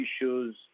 issues